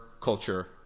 culture